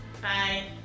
Bye